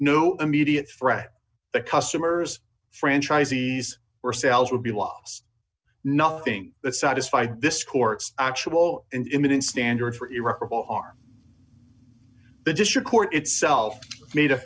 no immediate threat the customers franchisees or sales would be nothing that satisfied this court's actual imminent standard for irreparable harm the district court itself made a